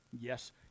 Yes